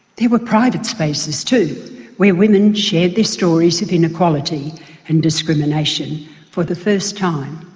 there were private spaces too where women shared their stories of inequality and discrimination for the first time.